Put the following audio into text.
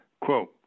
Quote